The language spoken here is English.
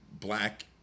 black